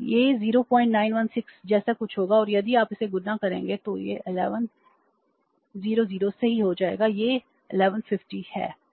यह 0916 जैसा कुछ होगा और यदि आप इसे गुणा करेंगे तो यह 11 रुपये 1100 सही हो जाएगा यह 1150 है